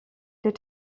der